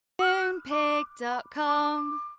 Moonpig.com